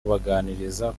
kubaganiriza